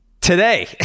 today